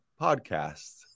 podcasts